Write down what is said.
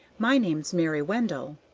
my name's mary wendell.